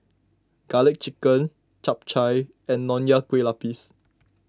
Garlic Chicken Chap Chai and Nonya Kueh Lapis